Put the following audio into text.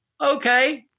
okay